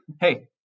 Hey